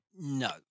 No